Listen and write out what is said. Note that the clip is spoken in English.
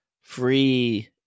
free